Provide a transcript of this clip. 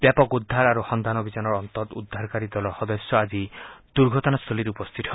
ব্যাপক উদ্ধাৰ আৰু সন্ধান অভিযানৰ অন্তত উদ্ধাৰকাৰী দলৰ সদস্য আজি দুৰ্ঘটনাস্থলীত উপস্থিত হয়